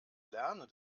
lernen